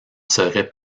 serait